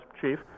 chief